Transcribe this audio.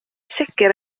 sicr